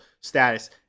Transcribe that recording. status